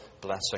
blessing